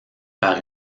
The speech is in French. par